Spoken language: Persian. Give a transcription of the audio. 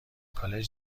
کالج